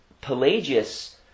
Pelagius